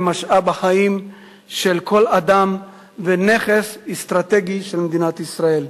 משאב החיים של כל אדם ונכס אסטרטגי של מדינת ישראל.